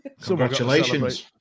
Congratulations